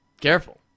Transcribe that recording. careful